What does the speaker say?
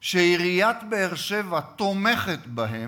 ועיריית באר-שבע תומכת בהם,